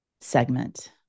segment